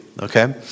okay